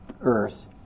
earth